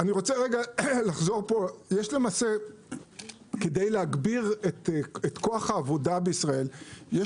כדי להגביר את כוח העבודה בישראל,